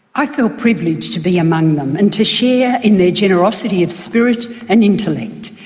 i felt privileged to be among them, and to share in their generosity of spirit and intellect.